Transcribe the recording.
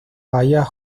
bahía